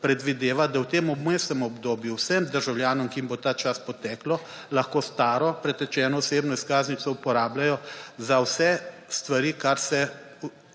predvideva, da v tem vmesnem obdobju vsem državljanom, ki jim bo ta čas poteklo lahko staro pretečeno osebno izkaznico uporabljajo za vse stvari, kar se